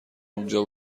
اونجا